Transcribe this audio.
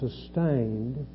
sustained